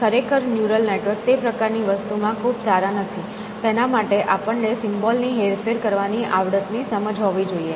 ખરેખર neural network તે પ્રકારની વસ્તુમાં ખૂબ સારા નથી તેના માટે આપણને સિમ્બોલ ની હેરફેર કરવાની આવડત ની સમજ હોવી જોઈએ